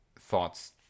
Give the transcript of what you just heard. thoughts